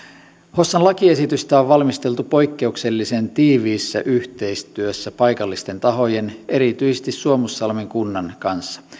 hossan lakiesitystä on valmisteltu poikkeuksellisen tiiviissä yhteistyössä paikallisten tahojen erityisesti suomussalmen kunnan kanssa